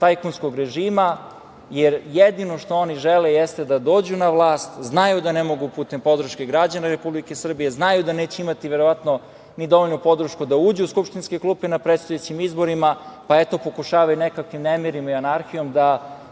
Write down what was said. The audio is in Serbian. tajkunskog režima, jer jedino što oni žele jeste da dođu na vlast. Znaju da ne mogu putem podrške građana Republike Srbije, znaju da neće imati verovatno ni dovoljnu podršku da uđu u skupštinske klupe na predstojećim izborima, pa, eto, pokušavaju nekakvim nemirima i anarhijom da